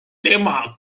tema